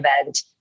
event